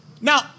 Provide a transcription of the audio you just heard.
Now